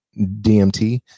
dmt